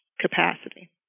capacity